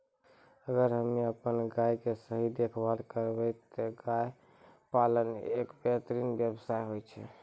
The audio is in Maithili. अगर हमॅ आपनो गाय के सही देखभाल करबै त गाय पालन एक बेहतरीन व्यवसाय होय छै